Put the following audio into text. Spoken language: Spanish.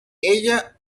ella